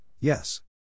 yes